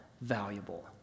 valuable